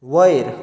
वयर